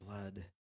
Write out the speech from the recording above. blood